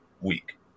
week